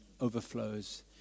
overflows